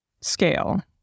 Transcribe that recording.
scale